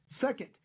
Second